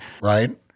right